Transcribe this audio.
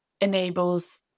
enables